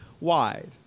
wide